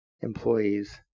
employees